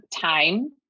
time